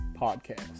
Podcast